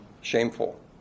shameful